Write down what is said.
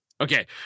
okay